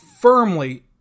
firmly